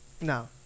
No